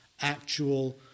actual